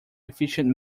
efficient